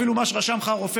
אפילו מה שרשם לך הרופא,